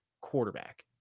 quarterback